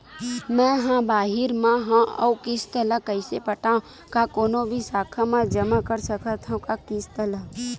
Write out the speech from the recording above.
मैं हा बाहिर मा हाव आऊ किस्त ला कइसे पटावव, का कोनो भी शाखा मा जमा कर सकथव का किस्त ला?